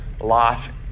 life